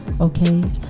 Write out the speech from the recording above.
Okay